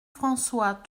françois